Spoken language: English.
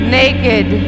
naked